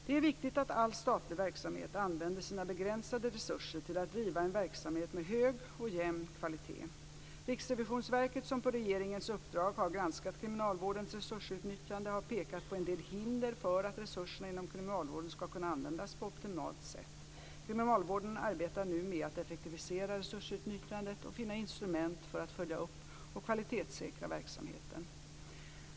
Det är viktigt att all statlig verksamhet använder sina begränsade resurser till att driva en verksamhet med hög och jämn kvalitet. Riksrevisionsverket, som på regeringens uppdrag har granskat kriminalvårdens resursutnyttjande, har pekat på en del hinder för att resurserna inom kriminalvården ska kunna användas på optimalt sätt. Kriminalvården arbetar nu med att effektivisera resursutnyttjandet och finna instrument för att följa upp och kvalitetssäkra verksamheten.